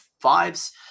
fives